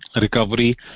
recovery